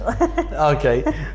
Okay